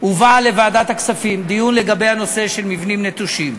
הובא לוועדת הכספים דיון לגבי הנושא של מבנים נטושים.